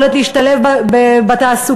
יכולת להשתלב בתעסוקה,